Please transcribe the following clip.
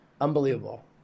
Unbelievable